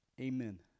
Amen